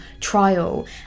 trial